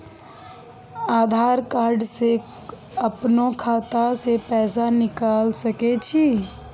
आधार कार्ड से अपनो खाता से पैसा निकाल सके छी?